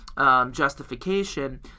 Justification